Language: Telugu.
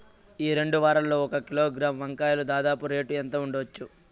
ఈ రెండు వారాల్లో ఒక కిలోగ్రాము వంకాయలు దాదాపు రేటు ఎంత ఉండచ్చు?